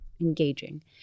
engaging